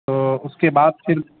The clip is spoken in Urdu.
تو اس کے بعد پھر